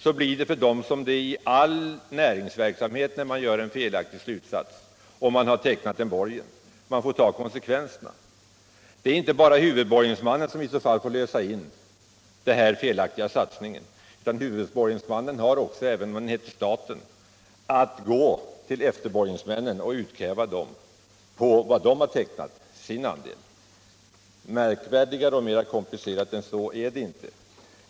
Såsom i all näringsverksamhet, när man gör en felaktig satsning och har tecknat en borgen, får man ta konsekvenserna, såväl huvudsom efterborgensmän. Det är nämligen inte bara huvudborgensmannen som i så fall får stå risken för den felaktiga satsningen. Huvudborgensmannen har, även om han heter staten, att gå till efterborgensmännen och kräva ut deras andel av borgen. Märkvärdigare och mera komplicerat än så är det inte.